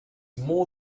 more